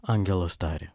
angelas tarė